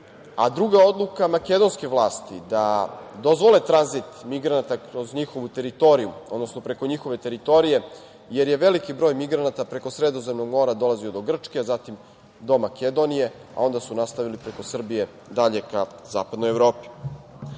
Druga odluka je makedonske vlasti da dozvole tranzit migranata kroz njihovu teritoriju, odnosno preko njihove teritorije, jer je veliki broj migranata preko Sredozemnog mora dolazio do Grčke, zatim do Makedonije, a onda su nastavili preko Srbije dalje ka Zapadnoj Evropi. Čini